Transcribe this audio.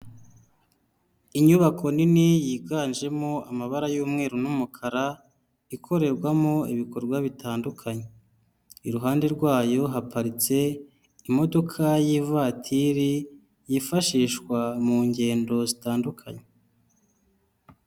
Inyubako nini yiganjemo amabara y'umweru n'umukara, ikorerwamo ibikorwa bitandukanye. Iruhande rwayo haparitse imodoka y'ivatiri yifashishwa mu ngendo zitandukanye.